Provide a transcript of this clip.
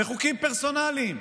בחוקים פרסונליים.